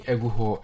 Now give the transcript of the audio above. Eguho